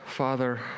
Father